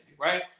right